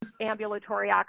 ambulatory